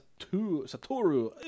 Satoru